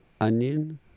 onion